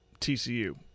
TCU